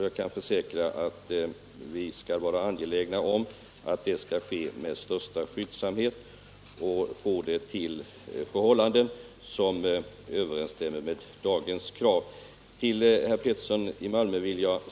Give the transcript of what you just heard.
Jag kan försäkra att vi är angelägna om att denna översyn sker med största skyndsamhet, så att de krav som i dag ställs kan uppfyllas.